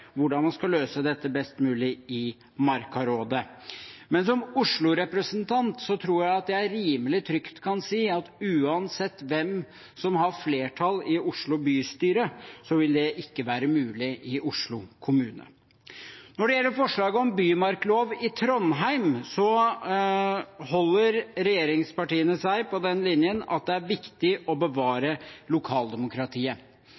hvordan man skal løse dette best mulig i Markarådet. Som Oslo-representant tror jeg at jeg rimelig trygt kan si at uansett hvem som har flertall i Oslo bystyre, vil det ikke være mulig i Oslo kommune. Når det gjelder forslaget om bymarklov i Trondheim, holder regjeringspartiene seg på den linjen at det er viktig å